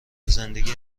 زندگی